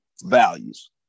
values